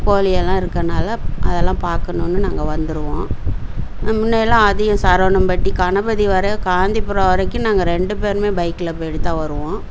கோழி எல்லாம் இருக்கிறனால அதலாம் பார்க்கணுனு நாங்கள் வந்துடுவோம் முன்னாடியெலாம் அதிகம் சரவணம்பட்டி கணபதி வர காந்திபுரம் வரைக்கும் நாங்கள் ரெண்டு பேருமே பைக்கில் போய்விட்டு தான் வருவோம்